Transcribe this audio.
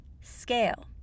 scale